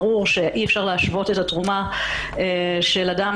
ברור שאי אפשר להשוות את התרומה של אדם